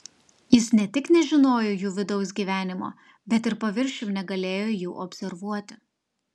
jis ne tik nežinojo jų vidaus gyvenimo bet ir paviršium negalėjo jų observuoti